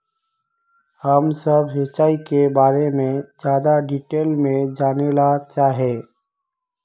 हम सब सिंचाई के बारे में ज्यादा डिटेल्स में जाने ला चाहे?